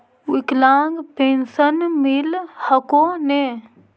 विकलांग पेन्शन मिल हको ने?